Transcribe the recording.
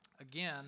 again